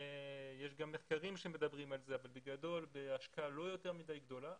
יש גם מחקרים שמדברים על זה אבל בגדול השקעה לא יותר מדי גדולה,